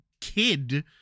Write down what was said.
kid